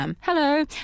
Hello